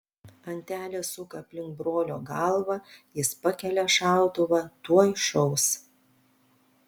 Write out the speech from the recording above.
antelė suka aplink brolio galvą jis pakelia šautuvą tuoj šaus